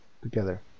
together